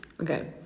Okay